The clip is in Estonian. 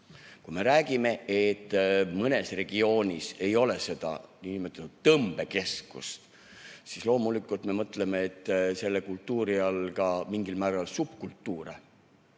Kui me räägime, et mõnes regioonis ei ole nn tõmbekeskust, siis loomulikult me mõtleme kultuuri all ka mingil määral subkultuure.